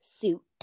suit